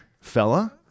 fella